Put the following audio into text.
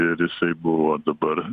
ir jisai buvo dabar